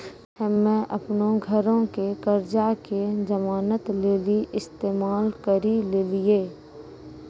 हम्मे अपनो घरो के कर्जा के जमानत लेली इस्तेमाल करि लेलियै